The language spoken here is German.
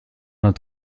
hat